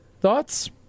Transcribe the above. thoughts